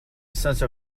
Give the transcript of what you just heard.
sense